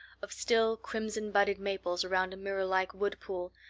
of still, crimson-budded maples around a mirrorlike wood pool,